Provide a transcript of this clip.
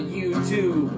YouTube